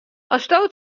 asto